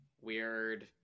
weird